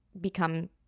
become